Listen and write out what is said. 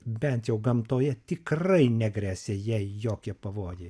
bent jau gamtoje tikrai negresia jai jokie pavojai